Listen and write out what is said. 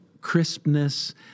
crispness